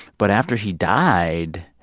but after he died,